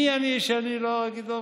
מי אני שאגיד לא?